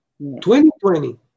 2020